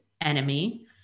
enemy